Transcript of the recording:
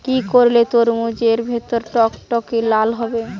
কি করলে তরমুজ এর ভেতর টকটকে লাল হবে?